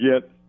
get